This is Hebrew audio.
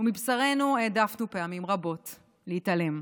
ומבשרנו העדפנו פעמים רבות להתעלם.